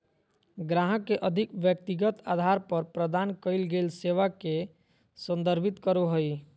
ग्राहक के अधिक व्यक्तिगत अधार पर प्रदान कइल गेल सेवा के संदर्भित करो हइ